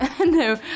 No